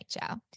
nature